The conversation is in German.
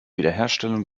wiederherstellung